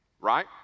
Right